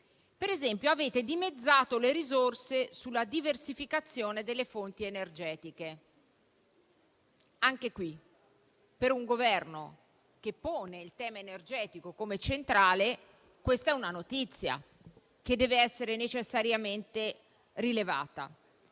Ad esempio, avete dimezzato le risorse sulla diversificazione delle fonti energetiche. Per un Governo che pone il tema energetico come centrale, questa è una notizia che deve essere necessariamente rilevata.